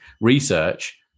research